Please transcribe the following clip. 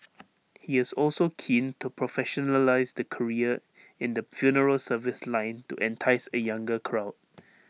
he is also keen to professionalise the career in the funeral service line to entice A younger crowd